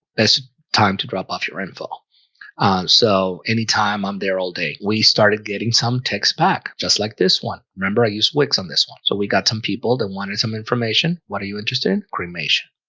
time to drop off your info so any time i'm there all day. we started getting some text back just like this one. remember i use wix on this one so we got some people that wanted some information. what are you interested in cremation?